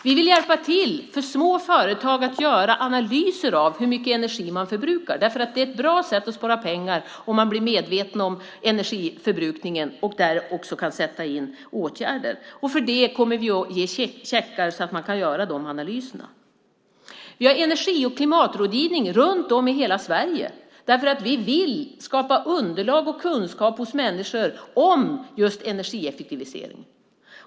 Vi vill hjälpa små företag att göra analyser av hur mycket energi de förbrukar. Det är ett bra sätt att spara pengar. Man blir medveten om energiförbrukningen och kan sätta in åtgärder. Vi kommer att ge checkar så att man kan göra de analyserna. Vi har energi och klimatrådgivning runt om i hela Sverige, för vi vill skapa underlag och kunskap hos människor om just energieffektivisering.